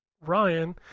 Ryan